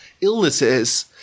illnesses